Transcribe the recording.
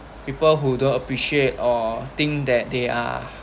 people who don't appreciate or think that they are